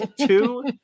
Two